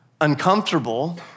uncomfortable